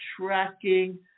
tracking